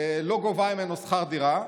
לא גובה ממנו שכר דירה.